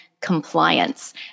compliance